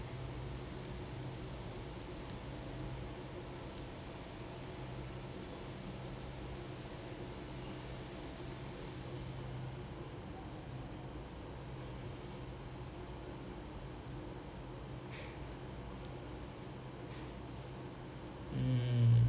mm